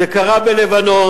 זה קרה בלבנון,